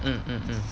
mm mm mm